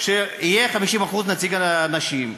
שיהיו 50% נציגות נשים.